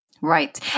Right